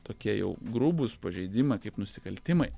tokie jau grubūs pažeidimai kaip nusikaltimai